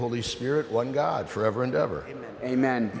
holy spirit one god forever and ever amen